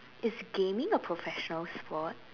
is gaming a professional sport